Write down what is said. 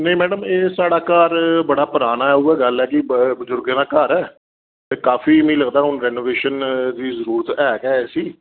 नेईं मैडम एह् साढ़ा घर बड़ा पराना उ'यै गल्ल ऐ कि बजुर्गें दा घर ऐ ते काफी मिकी लगदा कि हून रैनोवेशन दी जरूरत ऐ गै इसी